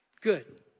Good